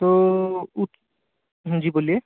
तो हाँ जी बोलिए